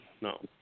no